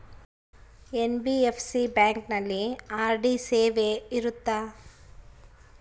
NBFC ಬ್ಯಾಂಕಿನಲ್ಲಿ RD ಸೇವೆ ಇರುತ್ತಾ?